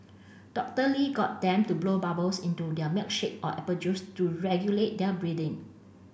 Doctor Lee got them to blow bubbles into their milkshake or apple juice to regulate their breathing